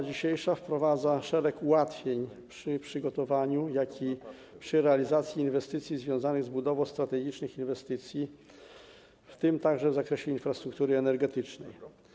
Dzisiejsza specustawa wprowadza szereg ułatwień dotyczących przygotowania i realizacji inwestycji związanych z budową strategicznych inwestycji, w tym także w zakresie infrastruktury energetycznej.